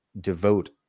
devote